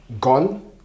gone